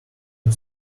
who